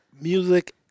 Music